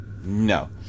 No